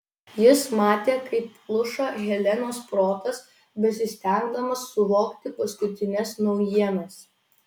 jis matė kaip pluša helenos protas besistengdamas suvokti paskutines naujienas